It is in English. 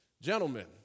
Gentlemen